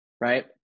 right